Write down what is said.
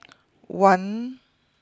one